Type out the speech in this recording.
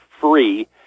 free